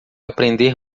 aprender